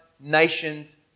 nations